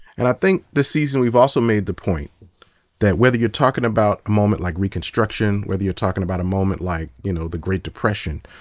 and i think this season we've also made the point that, whether you're talking about a moment like reconstruction, whether you're talking about a moment, like, you know, the great depression,